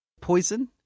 poison